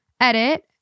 Edit